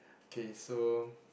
okay so